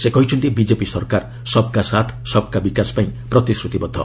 ସେ କହିଛନ୍ତି ବିକେପି ସରକାର ସବ୍କା ସାଥ୍ ସବ୍କା ବିକାଶ ପାଇଁ ପ୍ରତିଶ୍ରତିବଦ୍ଧ